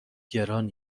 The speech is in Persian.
گران